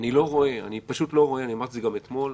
אמרתי את זה גם אתמול,